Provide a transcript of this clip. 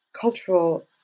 cultural